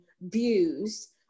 views